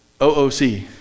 OOC